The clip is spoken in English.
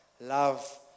love